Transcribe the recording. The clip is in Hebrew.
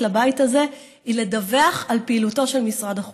לבית הזה היא לדווח על פעילותו של משרד החוץ.